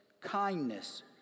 kindness